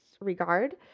regard